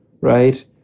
right